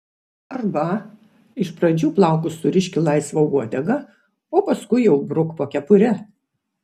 arba iš pradžių plaukus surišk į laisvą uodegą o paskui jau bruk po kepure